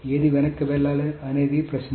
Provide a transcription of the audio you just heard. ఏది వెనక్కి వెళ్లాలి అనేది ప్రశ్న